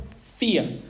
fear